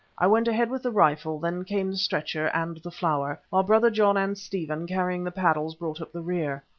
i went ahead with the rifle, then came the stretcher and the flower, while brother john and stephen, carrying the paddles, brought up the rear.